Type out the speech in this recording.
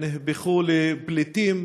נהפכו לפליטים.